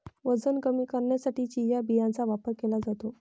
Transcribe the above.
वजन कमी करण्यासाठी चिया बियांचा वापर केला जातो